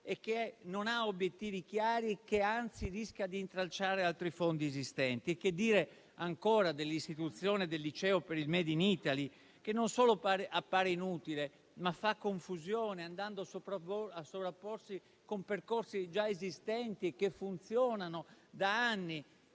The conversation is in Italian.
e non ha obiettivi chiari, ma anzi rischia di intralciare altri fondi esistenti? Che dire ancora dell'istituzione del liceo per il *made in Italy*, che non solo appare inutile, ma fa anche confusione, andando a sovrapporsi con percorsi già esistenti che funzionano da anni